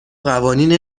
قوانین